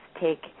take